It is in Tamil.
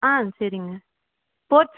ஆ சரிங்க ஸ்போர்ட்ஸ்